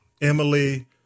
Emily